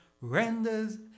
renders